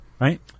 right